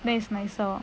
then is nicer